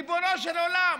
ריבונו של עולם,